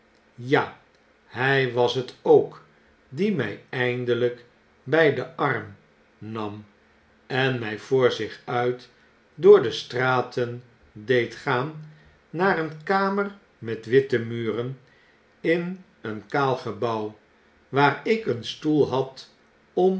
ja hy was hetook die my eindelgk bij den arm nam en my voor zich uit door de straten deed gaan naar een kamer met witte muren in een kaal gebouw waar ik een stoel had